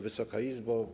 Wysoka Izbo!